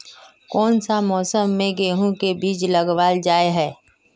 कोन सा मौसम में गेंहू के बीज लगावल जाय है